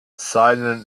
seinen